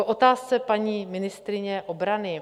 K otázce paní ministryně obrany.